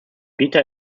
peter